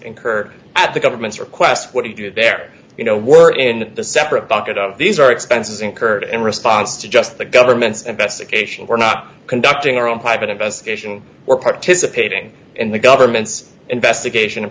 incurred at the government's request what do you do there you know we're in the separate bucket of these are expenses incurred and response to just the government's investigation we're not conducting our own private investigation we're participating in the government's investigation and